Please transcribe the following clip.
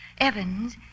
Evans